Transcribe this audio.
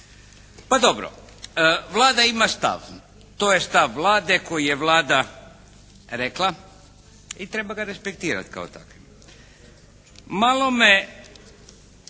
Pa dobro, Vlada ima stav. To je stav Vlade koji je Vlada rekla i treba ga respektirati kao takvima. Malo me